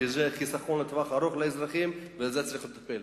כי זה חיסכון לטווח ארוך לאזרחים ובזה צריך לטפל.